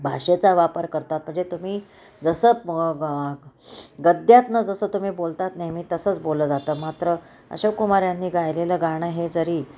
भाषेचा वापर करतात म्हणजे तुम्ही जसं म ग गद्यातून जसं तुम्ही बोलतात नेहमी तसंच बोललं जातं मात्र अशोक कुमार यांनी गायलेलं गाणं हे जरी